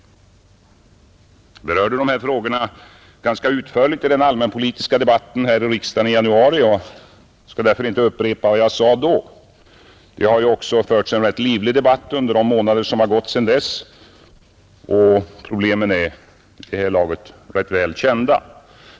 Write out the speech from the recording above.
Jag berörde dessa problem ganska utförligt i den allmänpolitiska debatten i riksdagen i januari och skall inte upprepa vad jag sade då. Det har förts en rätt livlig debatt under de månader som gått och problemen är vid det här laget ganska väl kända.